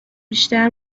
بیشتر